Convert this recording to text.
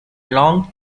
long